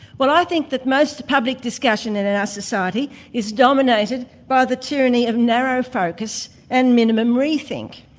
well i think that most public discussion in and our society is dominated by the tyranny of narrow focus and minimum re-think.